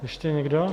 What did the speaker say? Ještě někdo?